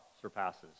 surpasses